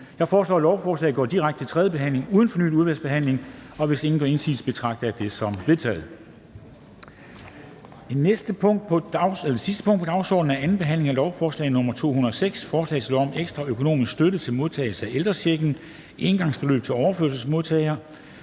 Jeg foreslår, at lovforslaget går direkte til tredje behandling uden fornyet udvalgsbehandling, og hvis ingen gør indsigelse, betragter jeg det som vedtaget. Det er vedtaget. --- Det sidste punkt på dagsordenen er: 3) 2. behandling af lovforslag nr. L 206: Forslag til lov om en ekstra økonomisk støtte til modtagere af ældrechecken, engangsbeløb til overførselsmodtagere,